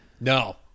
No